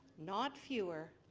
not fewer